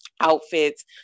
outfits